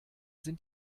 sind